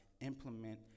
implement